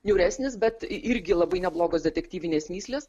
niūresnis bet irgi labai neblogos detektyvinės mįslės